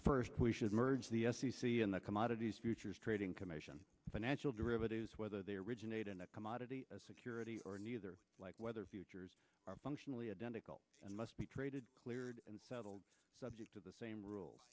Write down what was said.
first we should merge the s e c and the commodities futures trading commission financial derivatives whether they originate in a commodity as security or neither like whether futures are functionally identical and must be traded cleared and settled subject to the same rule